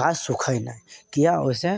गाछ सुखै नहि किएकि ओहिसे